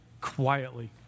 quietly